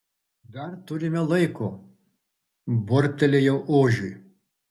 dar turime laiko burbtelėjau ožiui